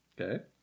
Okay